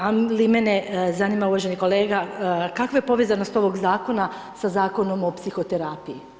Ali mene zanima, uvaženi kolega, kakva je povezanost ovog Zakona sa Zakonom o psihoterapiji?